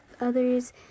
others